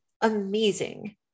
amazing